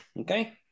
okay